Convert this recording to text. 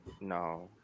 no